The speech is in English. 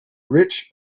rich